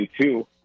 two